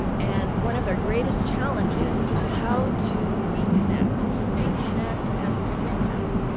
and one of our greatest challenges is how to reconnect reconnect as a system.